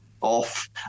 off